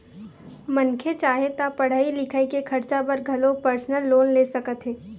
मनखे चाहे ता पड़हई लिखई के खरचा बर घलो परसनल लोन ले सकत हे